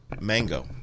mango